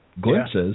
glimpses